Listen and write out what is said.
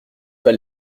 pas